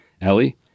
Ellie